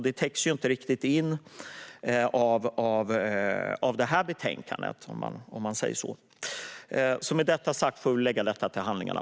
Det täcks dock inte riktigt in av det här betänkandet, om man säger så. Med detta sagt får vi lägga skrivelsen till handlingarna.